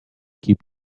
keep